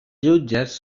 jutges